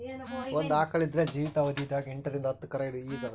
ಒಂದ್ ಆಕಳ್ ಆದ್ರ ಜೀವಿತಾವಧಿ ದಾಗ್ ಎಂಟರಿಂದ್ ಹತ್ತ್ ಕರಾ ಈತದ್